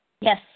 Yes